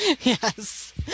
Yes